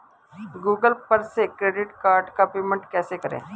Google पर से credit card का पेमेंट कैसे करें?